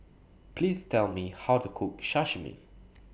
Please Tell Me How to Cook Sashimi